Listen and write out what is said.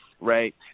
right